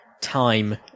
time